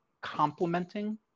complementing